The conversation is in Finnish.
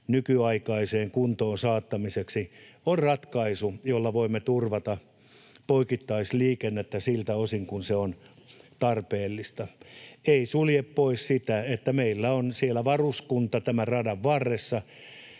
nykyaikaiseen kuntoon saattaminen on ratkaisu, jolla voimme turvata poikittaisliikennettä siltä osin kuin se on tarpeellista. Se ei sulje pois sitä, että meillä on siellä tämän radan varressa